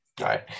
right